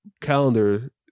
calendar